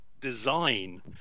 design